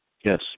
Yes